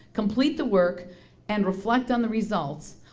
complete the work and reflect on the results,